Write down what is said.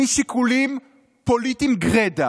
משיקולים פוליטיים גרידא